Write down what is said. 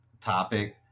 topic